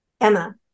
Emma